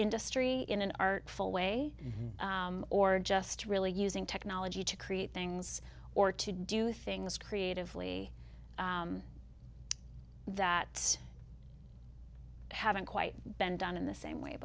industry in an artful way or just really using technology to create things or to do things creatively that haven't quite been done in the same way